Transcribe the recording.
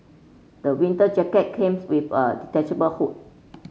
the winter jacket came with a detachable hood